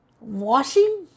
Washing